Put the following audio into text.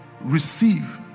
receive